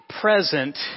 Present